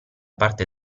parte